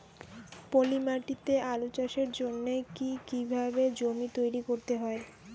পলি মাটি তে আলু চাষের জন্যে কি কিভাবে জমি তৈরি করতে হয়?